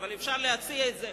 אבל אפשר להציע את זה,